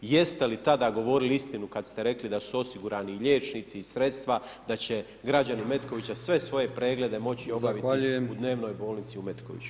Jeste li tada govorili istinu kad ste rekli da si osigurani liječnici i sredstva, da će građani Metkovića sve svoje preglede moći obaviti u dnevnoj bolnici u Metkoviću?